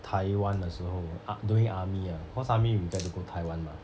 台湾的时候 I'm doing army ah cause army we get to go taiwan mah